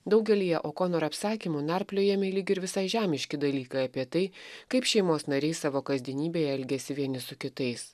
daugelyje okonar apsakymų narpliojami lyg ir visai žemiški dalykai apie tai kaip šeimos nariai savo kasdienybėje elgiasi vieni su kitais